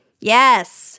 Yes